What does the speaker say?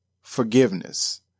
forgiveness